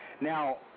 Now